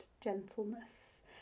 gentleness